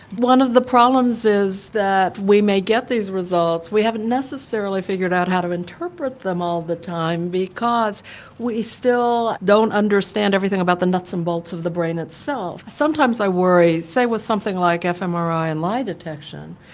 one of the problems is that although we may get these results, we haven't necessarily figured out how to interpret them all the time, because we still don't understand everything about the nuts and bolts of the brain itself. sometimes i worry, say with something like fmri and lie detection,